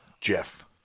Jeff